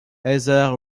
heather